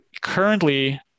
currently